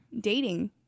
Dating